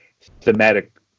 thematic